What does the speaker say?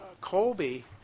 Colby